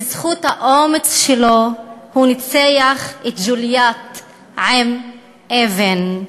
בזכות האומץ שלו, ניצח את גוליית עם אבן.